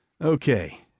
Okay